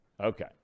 okay